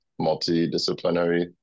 multidisciplinary